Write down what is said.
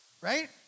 right